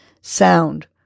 sound